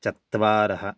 चत्वारः